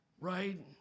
right